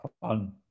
fun